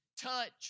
touch